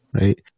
right